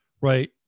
right